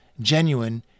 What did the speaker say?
genuine